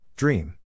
Dream